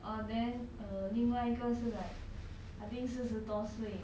err then err 另外一个是 like I think 四十多岁